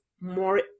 more